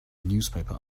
newspaper